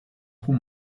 trop